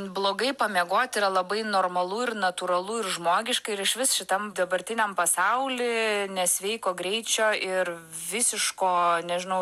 blogai pamiegot yra labai normalu ir natūralu ir žmogiška ir išvis šitam dabartiniam pasauly nesveiko greičio ir visiško nežinau